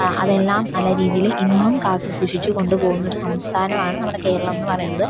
ആ അതെല്ലാം നല്ല രീതിയിൽ ഇന്നും കാത്ത് സൂക്ഷിച്ചുകൊണ്ടുപോകുന്നൊരു സംസ്ഥാനമാണ് നമ്മുടെ കേരളമെന്നു പറയുന്നത്